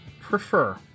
prefer